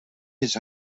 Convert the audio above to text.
his